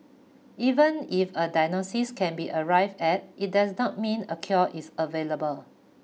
even if a diagnosis can be arrived at it does not mean a cure is available